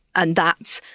and that,